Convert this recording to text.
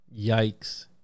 Yikes